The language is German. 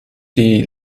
die